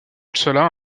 cela